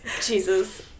Jesus